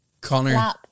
Connor